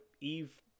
Eve